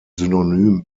synonym